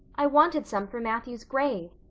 i wanted some for matthew's grave.